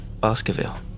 Baskerville